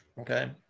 Okay